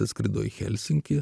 atskrido į helsinkį